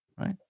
right